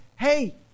Hey